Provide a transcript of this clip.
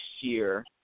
year